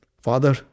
Father